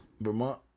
Vermont